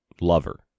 lover